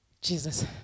Jesus